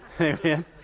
Amen